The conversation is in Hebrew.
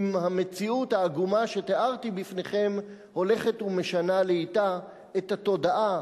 אם המציאות העגומה שתיארתי בפניכם הולכת ומשנה לאטה את התודעה.